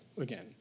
again